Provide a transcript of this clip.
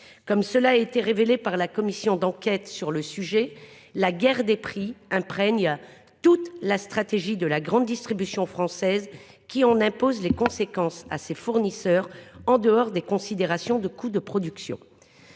Comme cela a été révélé par la commission d’enquête sur le sujet, « la “guerre des prix” imprègne ainsi toute la stratégie de la grande distribution française qui en impose les conséquences à ses fournisseurs, souvent en dehors des considérations de coûts de production